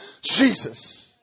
Jesus